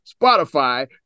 Spotify